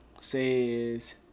says